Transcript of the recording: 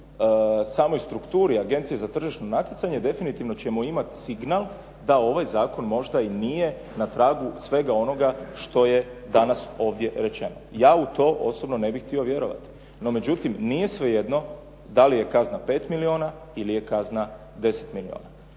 samoj strukturi Agencije za tržišno natjecanje definitivno ćemo imati signal da ovaj zakon možda i nije na pragu svega onoga što je danas ovdje rečeno. Ja u to osobno ne bih htio vjerovati. No međutim nije svejedno da li je kazna 5 milijona ili je kazna 10 milijona.